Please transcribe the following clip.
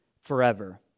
forever